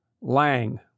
Lang